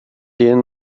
denen